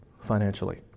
financially